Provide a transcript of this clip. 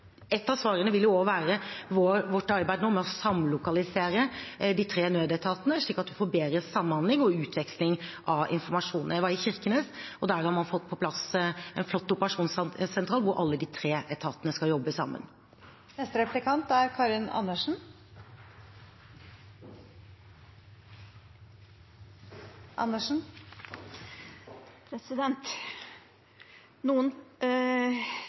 av svarene vil også være vårt arbeid nå med å samlokalisere de tre nødetatene, slik at man får bedre samhandling og utveksling av informasjon. Jeg var i Kirkenes, og der har man fått på plass en flott operasjonssentral hvor alle de tre etatene skal jobbe sammen.